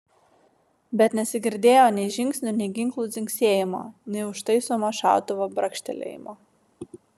bet nesigirdėjo nei žingsnių nei ginklų dzingsėjimo nei užtaisomo šautuvo brakštelėjimo